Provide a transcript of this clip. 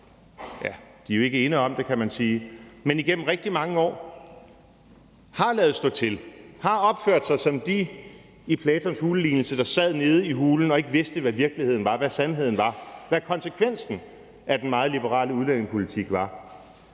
parti, de er jo ikke ene om det, kan man sige, igennem rigtig mange år har ladet stå til, har opført sig som dem i Platons hulelignelse, der sad nede i hulen og ikke vidste, hvad virkeligheden var, hvad sandheden var, hvad konsekvensen af den meget liberale udlændingepolitik var.